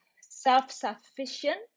self-sufficient